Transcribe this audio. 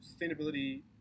sustainability